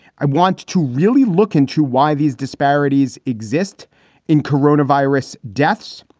i want to really look into why these disparities exist in corona virus deaths.